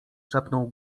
szepnął